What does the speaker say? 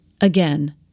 Again